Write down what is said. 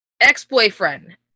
ex-boyfriend